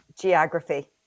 Geography